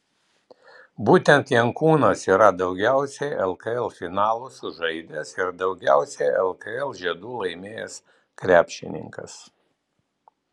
būtent jankūnas yra daugiausiai lkl finalų sužaidęs ir daugiausiai lkl žiedų laimėjęs krepšininkas